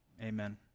Amen